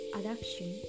adoption